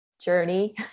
journey